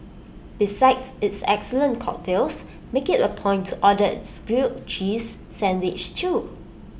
besides its excellent cocktails make IT A point to order its grilled cheese sandwich too